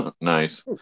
nice